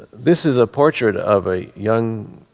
this is a portrait of a young.